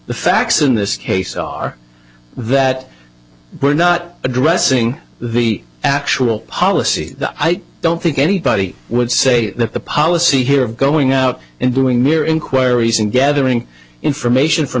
the facts in this case are that we're not addressing the actual policy i don't think anybody would say that the policy here of going out and doing mere inquiries and gathering information from